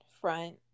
front